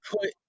put